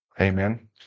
Amen